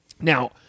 now